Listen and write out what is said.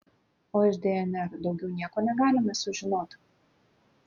o iš dnr daugiau nieko negalime sužinot